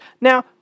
Now